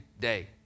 day